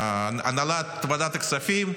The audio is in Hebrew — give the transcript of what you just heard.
מהנהלת ועדת הכספים,